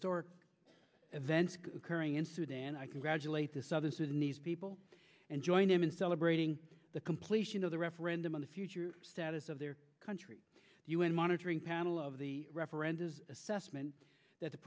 story events occurring in sudan i congratulate the southern sudanese people and join them in celebrating the completion of the referendum on the future status of their country u n monitoring panel of the referendum assessment that the